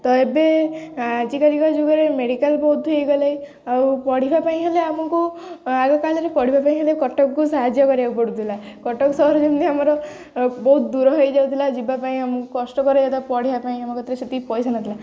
ତ ଏବେ ଆଜିକାଲିକା ଯୁଗରେ ମେଡ଼ିକାଲ ବହୁତ ହେଇଗଲେ ଆଉ ପଢ଼ିବା ପାଇଁ ହେଲେ ଆମକୁ ଆଗକାଳରେ ପଢ଼ିବା ପାଇଁ ହେଲେ କଟକକୁ ସାହାଯ୍ୟ କରିବାକୁ ପଡ଼ୁଥିଲା କଟକ ସହର ଯେମିତି ଆମର ବହୁତ ଦୂର ହେଇଯାଉଥିଲା ଯିବା ପାଇଁ ଆମକୁ କଷ୍ଟ ପଢ଼ିବା ପାଇଁ ଆମକୁ ସେତିିକି ପଇସା ନଥିଲା